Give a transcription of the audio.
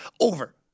over